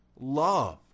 Love